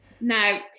Now